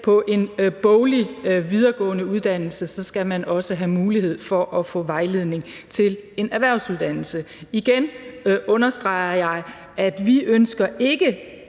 på en boglig, videregående uddannelse, skal man også have mulighed for at få vejledning til at tage en erhvervsuddannelse. Igen understreger jeg, at vi ikke